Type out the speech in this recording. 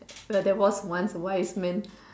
ya there was once a wise man